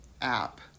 app